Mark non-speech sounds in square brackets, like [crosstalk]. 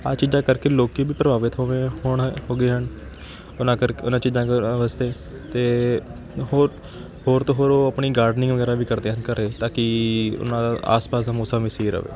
ਆਹ ਚੀਜ਼ਾਂ ਕਰਕੇ ਲੋਕ ਵੀ ਪ੍ਰਭਾਵਿਤ ਹੋਵੇ ਹੋਣ ਹੋ ਗਏ ਹਨ ਉਨ੍ਹਾਂ ਕਰਕੇ ਉਨ੍ਹਾਂ ਚੀਜ਼ਾਂ [unintelligible] ਵਾਸਤੇ ਅਤੇ ਹੋਰ ਹੋਰ ਤੋਂ ਹੋਰ ਉਹ ਆਪਣੀ ਗਾਰਡਨਿੰਗ ਵਗੈਰਾ ਵੀ ਕਰਦੇ ਹੈ ਘਰ ਤਾਂ ਕਿ ਉਨ੍ਹਾਂ ਦਾ ਆਸ ਪਾਸ ਦਾ ਮੌਸਮ ਵੀ ਸਹੀ ਰਹੇ